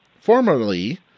formerly